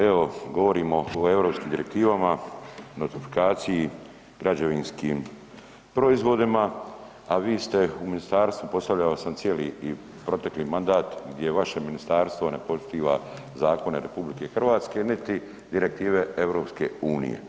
Evo govorimo o europskim direktivama, notifikaciji građevinskim proizvodima, a vi ste u ministarstvu postavljao sam cijeli protekli mandat gdje vaše ministarstvo ne poštiva zakone RH niti direktive EU.